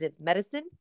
medicine